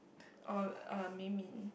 or uh Min Min